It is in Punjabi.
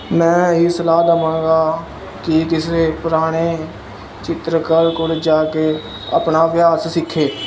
ਮੈਂ ਇਹੀ ਸਲਾਹ ਦੇਵਾਂਗਾ ਕਿ ਕਿਸੇ ਪੁਰਾਣੇ ਚਿੱਤਰਕਾਰ ਕੋਲ ਜਾ ਕੇ ਆਪਣਾ ਅਭਿਆਸ ਸਿੱਖੇ